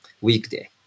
weekday